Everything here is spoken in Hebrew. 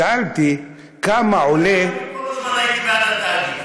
שאלתי כמה עולה, אני כל הזמן הייתי בעד התאגיד.